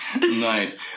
nice